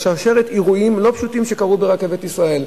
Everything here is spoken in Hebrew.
על רקע שרשרת אירועים לא פשוטים שקרו ברכבת ישראל.